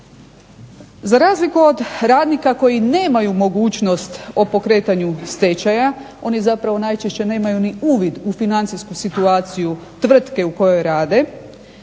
Za razliku od radnika koji nemaju mogućnost o pokretanju stečaja oni zapravo najčešće nemaju ni uvid u financijsku situaciju tvrtke u kojoj rade.